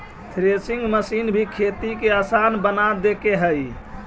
threshing machine भी खेती के आसान बना देके हइ